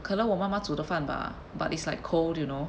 可能我妈妈煮的饭吧 but it's like cold you know